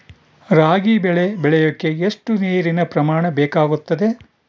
ರಾಗಿ ಬೆಳೆ ಬೆಳೆಯೋಕೆ ಎಷ್ಟು ನೇರಿನ ಪ್ರಮಾಣ ಬೇಕಾಗುತ್ತದೆ?